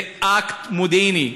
זה אקט מודיעיני.